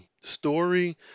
story